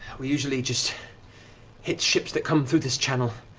we usually just hit ships that come through this channel,